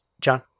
John